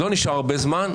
לא נשאר הרבה זמן,